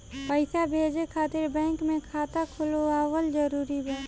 पईसा भेजे खातिर बैंक मे खाता खुलवाअल जरूरी बा?